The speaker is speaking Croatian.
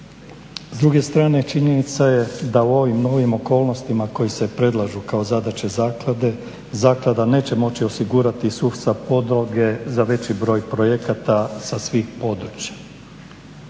S druge strane činjenica je da u ovim novim okolnostima koji se predlažu kao zadaće zaklade zaklada neće moći osigurati sustav podloge za veći broj projekata sa svih područja.